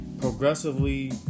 progressively